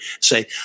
say